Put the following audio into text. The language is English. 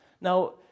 Now